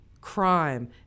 crime